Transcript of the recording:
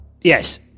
Yes